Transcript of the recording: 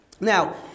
now